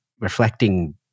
reflecting